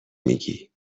میگی